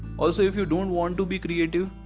also, if you don't want to be creative,